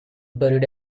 buried